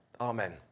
Amen